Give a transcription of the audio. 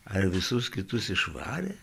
ar visus kitus išvarė